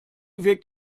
wirkt